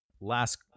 last